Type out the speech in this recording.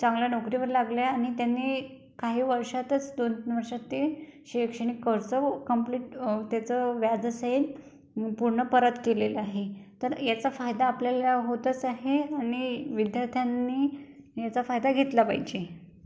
चांगल्या नोकरीवर लागल्या आणि त्यांनी काही वर्षातच दोन तीन वर्षात ते शैक्षणिक कर्ज कंप्लीट त्याचं व्यजासहित पूर्ण परत केलेलं आहे तर याचा फायदा आपल्याला होतच आहे आणि विद्यार्थ्यांनी याचा फायदा घेतला पाहिजे